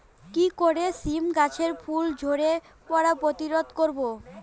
কি করে সীম গাছের ফুল ঝরে পড়া প্রতিরোধ করব?